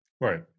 Right